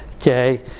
Okay